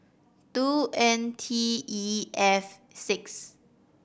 two N T E F six